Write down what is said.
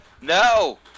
No